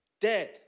dead